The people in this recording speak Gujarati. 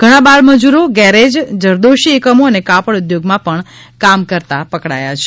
ઘણા બાળમજૂરો ગેરેજ જરદોશી એકમો અને કાપડ ઉદ્યોગમાં પણ કામ કરતા પકડાયા છે